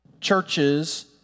churches